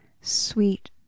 sweet